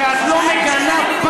אני יודע שאת מתביישת שאת לא מגנה פעם